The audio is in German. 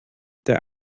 der